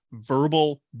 verbal